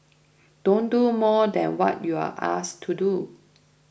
don't do more than what you're asked to do